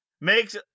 makes